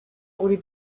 uri